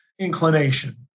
inclination